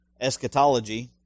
eschatology